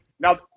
Now